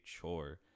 chore